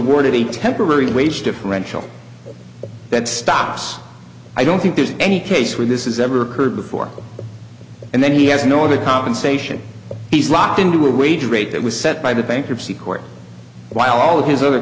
a temporary wage differential that stops i don't think there's any case where this is ever occurred before and then he has no added compensation he's locked into a wage rate that was set by the bankruptcy court while all of his other